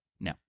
No